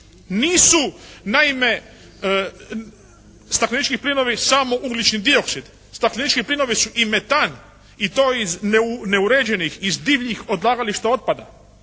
Nisu naime staklenički plinovi samo ugljični dioksid. Staklenički plinovi su i metan i to iz neuređenih, iz divljih odlagališta otpada